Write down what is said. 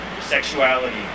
sexuality